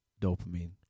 dopamine